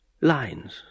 Lines